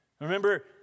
Remember